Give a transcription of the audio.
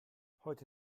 heute